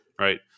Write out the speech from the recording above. Right